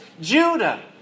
Judah